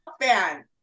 fan